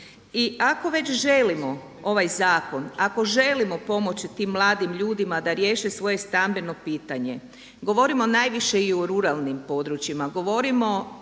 I ako već želimo ovaj zakon, ako želimo pomoći tim mladim ljudima da riješe svoje stambeno pitanje govorimo najviše i o ruralnim područjima, govorimo